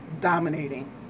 dominating